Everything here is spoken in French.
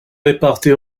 réparties